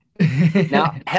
now